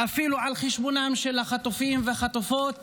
אפילו על חשבונם של החטופים והחטופות